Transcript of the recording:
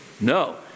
no